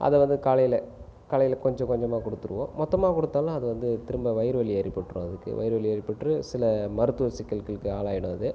அதை வந்து காலையில் காலையில் கொஞ்சம் கொஞ்சமாக கொடுத்துடுவோம் மொத்தமாக கொடுத்தாலும் அது வந்து திரும்ப வயிறு வலி ஏற்பட்டுவிடும் அதுக்கு வயிறு வலி ஏற்பற்றுடும் சில மருத்துவ சிக்கல்களுக்கு ஆளாகிடும் அது